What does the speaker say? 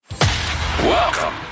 Welcome